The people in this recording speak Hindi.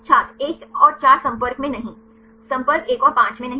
छात्र 1and 4 संपर्क में नहीं संपर्क 1 और 5 में नहीं